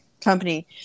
company